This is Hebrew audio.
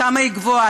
כמה היא גבוהה.